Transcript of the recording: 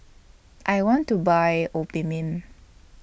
I want to Buy Obimin